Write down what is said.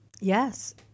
Yes